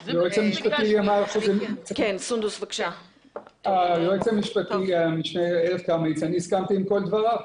המשנה ליועץ המשפטי, אני הסכמתי עם כל דבריו.